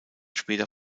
später